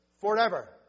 forever